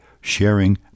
Sharing